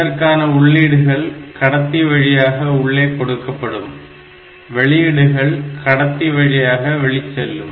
இதற்கான உள்ளீடுகள் கடத்தி வழியாக உள்ளே கொடுக்கப்படும் வெளியீடுகள் கடத்தி வழியாக வெளிச்செல்லும்